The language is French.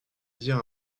dire